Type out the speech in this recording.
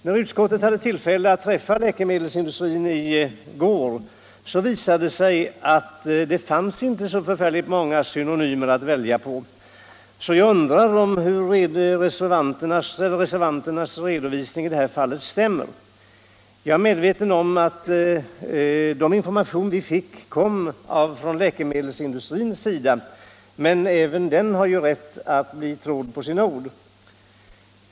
När utskottet hade tillfälle att träffa representanter för läkemedelsindustrin i går, så visade det sig att det finns inte så förfärligt många synonymer att välja på. Därför undrar jag om reservanternas redovisning i det här fallet stämmer. Jag är medveten om att den information vi fick lämnades av läkemedelsindustrin. Men även den har ju rätt att bli trodd på sina ord.